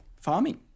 farming